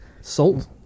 Salt